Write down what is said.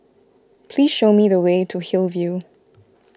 please show me the way to Hillview